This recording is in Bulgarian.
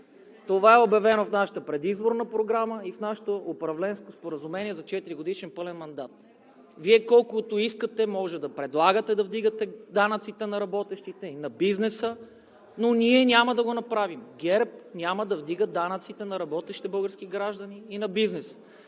Това е обявено в нашата предизборна програма и в нашето управленско споразумение за четиригодишен пълен мандат. Вие колкото искате може да предлагате да вдигате данъците на работещите и на бизнеса, но ние няма да го направим. ГЕРБ няма да вдига данъците на работещите български граждани и на бизнеса!